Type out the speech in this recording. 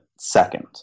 second